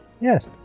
Yes